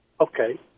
Okay